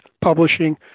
Publishing